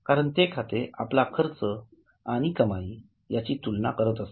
कारण ते खातेआपलाखर्च आणि कमाई याची तुलना करते